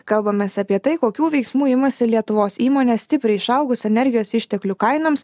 kalbamės apie tai kokių veiksmų imasi lietuvos įmonės stipriai išaugus energijos išteklių kainoms